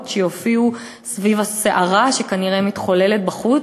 שיופיעו סביב הסערה שכנראה מתחוללת בחוץ,